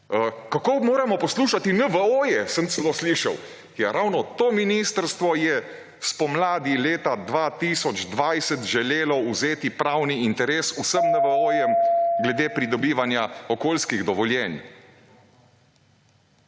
Kako moramo poslušati NVO, sem celo slišal. Ja, ravno to ministrstvo je spomladi leta 2020 želelo vzeti pravni interes vsem NVO glede pridobivanja okoljskih dovoljenj.